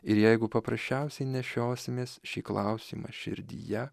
ir jeigu paprasčiausiai nešiosimės šį klausimą širdyje